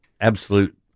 absolute